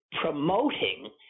promoting